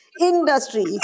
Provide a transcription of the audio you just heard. industry